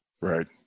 Right